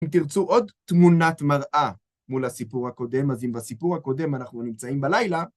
אם תרצו עוד תמונת מראה מול הסיפור הקודם, אז אם בסיפור הקודם אנחנו נמצאים בלילה,